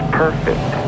perfect